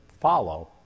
follow